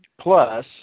plus